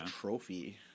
trophy